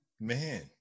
Man